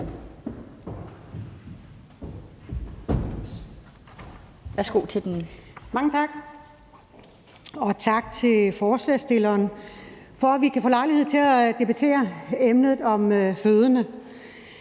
Blixt (DF): Mange tak, og tak til forslagsstillerne for, at vi kan få lejlighed til at debattere emnet fødende.